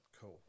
cool